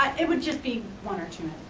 it would just be one or two